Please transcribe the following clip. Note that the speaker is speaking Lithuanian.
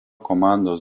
komandos